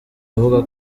avuga